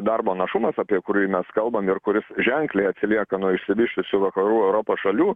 darbo našumas apie kurį mes kalbam ir kuris ženkliai atsilieka nuo išsivysčiusių vakarų europos šalių